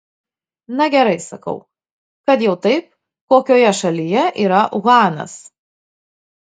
na gerai sakau kad jau taip kokioje šalyje yra uhanas